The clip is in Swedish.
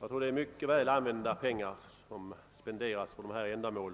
Jag tror att det är mycket väl använda pengar som spenderas på dessa ändamål.